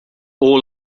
all